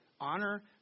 Honor